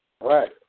Right